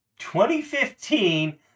2015